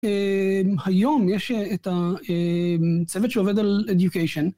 היום יש את הצוות שעובד על education...